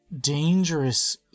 dangerous